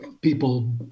people